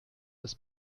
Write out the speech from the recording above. ist